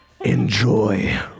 enjoy